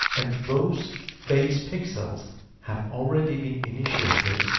and both base pixels have already been initiated,